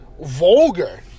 vulgar